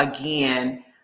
again